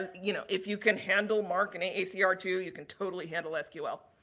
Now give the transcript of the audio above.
and you know, if you can handle marc and a a c r two, you can totally handle sql.